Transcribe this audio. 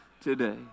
today